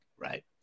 Right